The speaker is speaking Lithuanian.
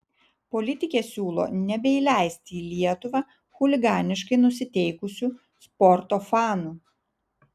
politikė siūlo nebeįleisti į lietuvą chuliganiškai nusiteikusių sporto fanų